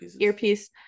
earpiece